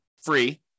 Free